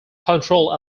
controlled